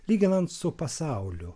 lyginant su pasauliu